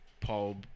Paul